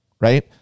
right